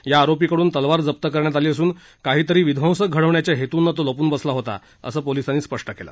या आरोपीकडून तलवार जप्त करण्यात आली असून काहीतरी विध्वंसक घडवण्याच्या हेतूनं तो लपून बसला होता असं पोलिसांनी सांगितलं